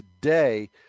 today